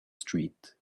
street